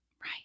Right